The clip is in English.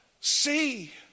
See